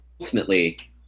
ultimately